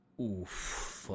oof